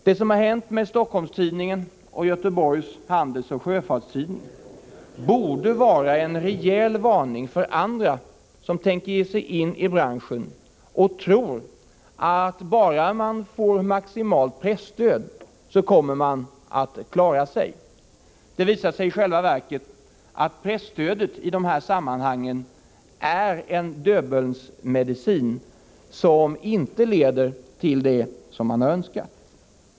Vad som har hänt med Stockholms-Tidningen och Göteborgs Handelsoch Sjöfarts-Tidning borde vara en rejäl varning för andra som tänker ge sig in i branschen och tror att man, om man bara får maximalt presstöd, kommer att klara sig. Det visar sig i själva verket att presstödet i dessa sammanhang är en Döbelnsmedicin, som inte leder till det som man har önskat.